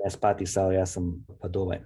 mes patys sau esam vadovai